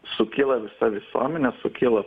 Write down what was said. sukyla visa visuomenė sukyla